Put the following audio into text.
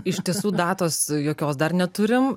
iš tiesų datos jokios dar neturim